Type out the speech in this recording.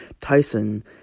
Tyson